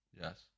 Yes